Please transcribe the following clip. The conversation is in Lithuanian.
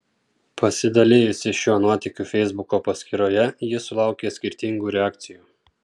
pasidalijusi šiuo nuotykiu feisbuko paskyroje ji sulaukė skirtingų reakcijų